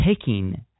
taking